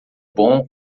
bom